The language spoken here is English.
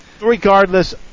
regardless